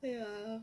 ya